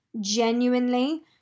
Genuinely